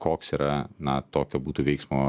koks yra na tokio būtų veiksmo